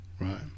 Right